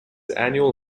annual